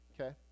Okay